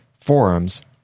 forums